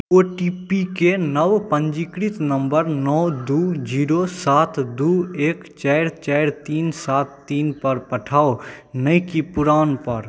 ओ T P के नव पञ्जीकृत नम्बर नओ दू जीरो सात दू एक चारि चारि तीन सात तीनपर पठाउ नहि कि पुरानपर